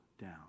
down